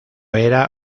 era